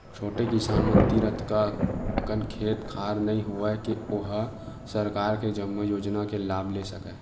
छोटे किसान मन तीर अतका अकन खेत खार नइ होवय के ओ ह सरकार के जम्मो योजना के लाभ ले सकय